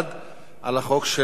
של חברי הכנסת של חד"ש,